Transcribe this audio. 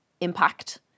impact